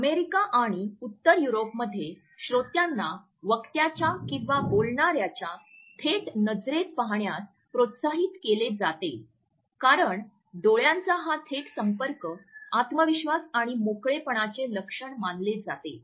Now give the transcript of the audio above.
America आणि उत्तर युरोपमध्ये श्रोतांना वक्त्याच्या किंवा बोलणाऱ्याच्या थेट नजरेत पाहण्यास प्रोत्साहित केले जाते कारण डोळ्यांचा हा थेट संपर्क आत्मविश्वास आणि मोकळेपणाचे लक्षण मानले जाते